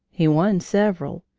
he won several.